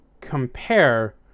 compare